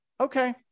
Okay